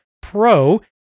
Pro